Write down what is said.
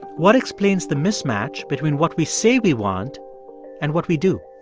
what explains the mismatch between what we say we want and what we do?